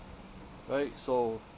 right so